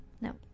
No